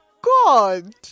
God